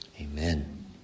amen